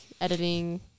editing